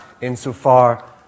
insofar